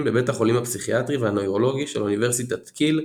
בבית החולים הפסיכיאטרי והנוירולוגי של אוניברסיטת קיל,